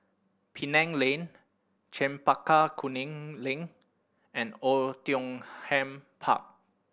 Penang Lane Chempaka Kuning Link and Oei Tiong Ham Park